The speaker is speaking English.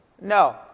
No